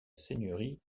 seigneurie